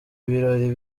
ibirori